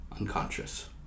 unconscious